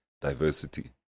diversity